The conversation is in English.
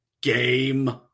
game